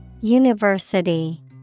University